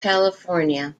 california